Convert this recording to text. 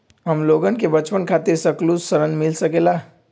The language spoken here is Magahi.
हमलोगन के बचवन खातीर सकलू ऋण मिल सकेला?